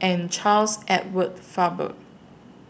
and Charles Edward Faber